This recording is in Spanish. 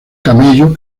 camello